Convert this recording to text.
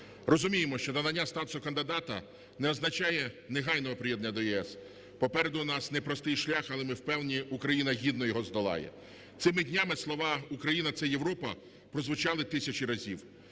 Розуміємо, що надання статусу кандидата не означає негайного приєднання до ЄС, попереду у нас непростий шлях. Але ми впевнені, Україна гідно його здолає. Цими днями слова "Україна – це Європа" прозвучали тисячу разів.